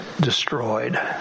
destroyed